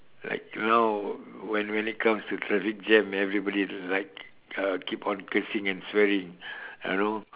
like now when when it comes to traffic jam everybody like uh keep on cursing and swearing ah know